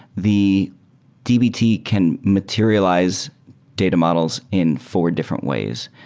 the dbt can materialize data models in four different ways,